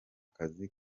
kazi